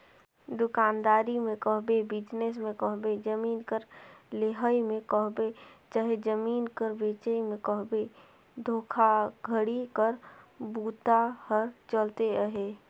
दुकानदारी में कहबे, बिजनेस में कहबे, जमीन कर लेहई में कहबे चहे जमीन कर बेंचई में कहबे धोखाघड़ी कर बूता हर चलते अहे